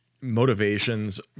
motivations